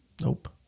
Nope